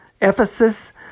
Ephesus